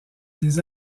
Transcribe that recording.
des